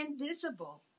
invisible